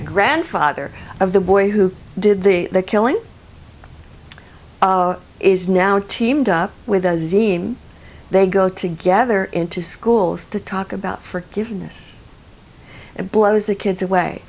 grandfather of the boy who did the killing is now teamed up with z and they go together into schools to talk about forgiveness and blows the kids away